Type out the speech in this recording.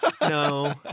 no